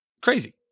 crazy